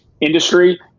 industry